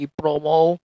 promo